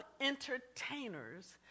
entertainers